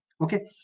Okay